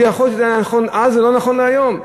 ויכול להיות שזה היה נכון אז וזה לא נכון להיום.